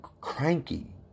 cranky